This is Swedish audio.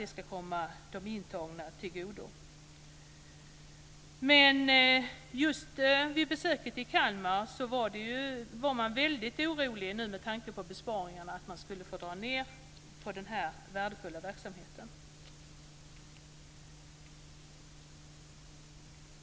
De intagna på Kalmaranstalten var väldigt oroliga med tanke på besparingarna för att det skulle dras ned på denna värdefulla verksamhet.